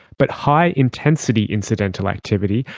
but high intensity incidental activity,